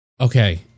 Okay